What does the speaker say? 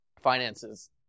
Finances